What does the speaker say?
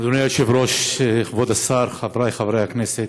אדוני היושב-ראש, כבוד השר, חברי חברי הכנסת,